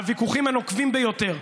הוויכוחים הנוקבים ביותר.